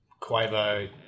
Quavo